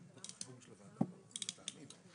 הפרמיה שמשלם הנכה לביטוח סיעודי בחברת הביטוח,